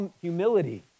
humility